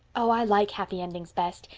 oh i like happy endings best.